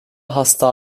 hasta